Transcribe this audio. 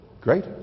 Great